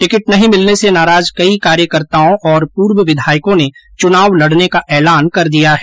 ticket नहीं मिलने से नाराज कई कार्यकर्ताओं और पूर्व विधायकों ने चुनाव लडने का ऐलान कर दिया है